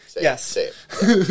Yes